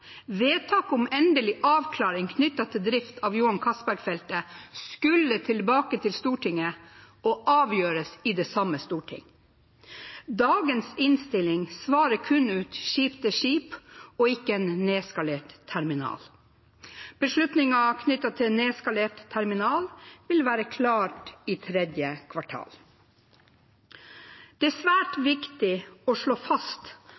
vedtak om endelig avklaring knyttet til drift av Johan Castberg-feltet skulle tilbake til Stortinget og avgjøres i det samme storting. Dagens innstilling svarer kun ut skip-til-skip og ikke en nedskalert terminal. Beslutningen knyttet til nedskalert terminal vil være klar i tredje kvartal. Det er svært viktig å slå fast